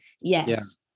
Yes